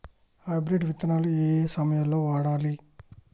Hybrid విత్తనాలు ఏయే సమయాల్లో వాడాలి?